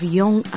young